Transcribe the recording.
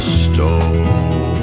stone